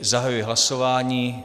Zahajuji hlasování.